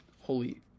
Holy